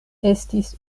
estis